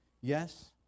Yes